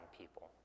people